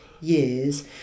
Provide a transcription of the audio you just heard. years